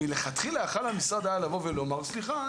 המשרד מלכתחילה יכול היה לבוא ולומר "סליחה,